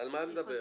בין אם היא ניתנה